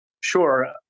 Sure